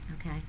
Okay